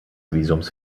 visums